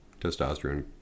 testosterone